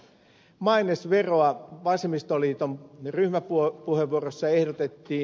maa ainesveroa vasemmistoliiton ryhmäpuheenvuorossa ehdotettiin